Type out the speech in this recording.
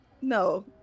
No